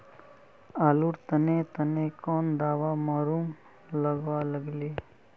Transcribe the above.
आलूर तने तने कौन दावा मारूम गालुवा लगली?